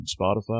Spotify